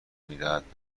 میدهد